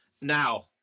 Now